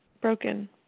broken